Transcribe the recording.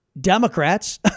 Democrats